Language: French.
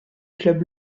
club